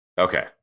Okay